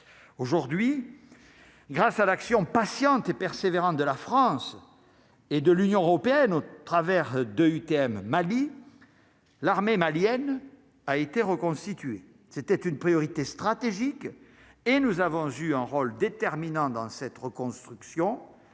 aujourd'hui, grâce à l'action patiente et persévérante de la France et de l'Union européenne au travers d'EUTM Mali: l'armée malienne a été reconstituée, c'était une priorité stratégique et nous avons eu un rôle déterminant dans cette reconstruction